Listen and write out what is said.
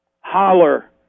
Holler